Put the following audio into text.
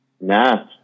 Nah